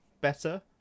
better